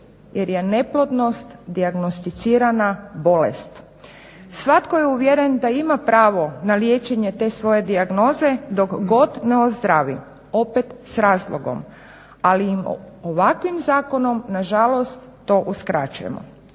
jer je neplodnost dijagnosticirana bolest. Svatko je uvjeren da ima pravo na liječenje te svoje dijagnoze dok god ne ozdravi, opet s razlogom. Ali im ovakvim zakonom na žalost to uskraćujemo.